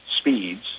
speeds